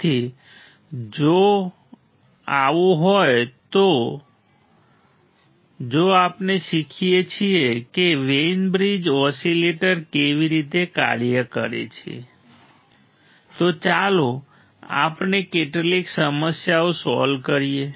તેથી જો એવું હોય તો જો આપણે શીખીએ કે વેઈન બ્રિજ ઓસિલેટર કેવી રીતે કાર્ય કરે છે તો ચાલો આપણે કેટલીક સમસ્યાઓ સોલ્વ કરીએ